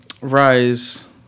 Rise